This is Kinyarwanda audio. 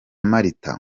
marita